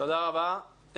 תודה רבה.